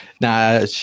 Now